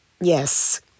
Yes